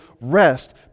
rest